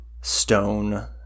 stone